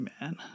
man